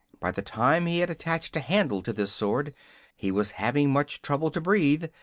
by the time he had attached a handle to this sword he was having much trouble to breathe,